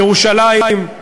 ירושלים,